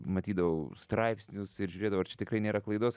matydavau straipsnius ir žiūrėdavau ar čia tikrai nėra klaidos